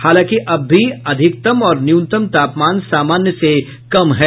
हालांकि अब भी अधिकतम और न्यूनतम तापमान सामान्य से कम है